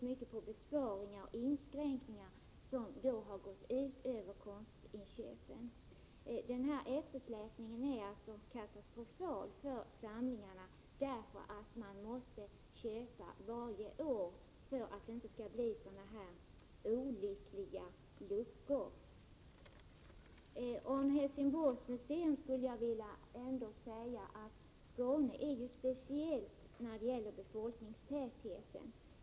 I mycket är det besparingar och inskränkningar som har gått ut över konstinköpen. Denna eftersläpning är katastrofal för samlingarna. Man måste nämligen köpa varje år för att det inte skall bli sådana här olyckliga luckor. Om Helsingborgs museum skulle jag vilja säga att Skåne är speciellt när det gäller befolkningstätheten.